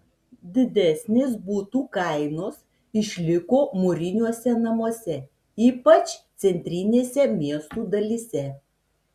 didesnės butų kainos išliko mūriniuose namuose ypač centrinėse miestų dalyse